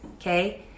okay